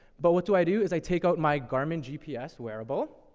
but what do i do, is i take out my garmin gps wearable,